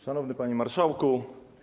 Szanowny Panie Marszałku!